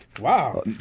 Wow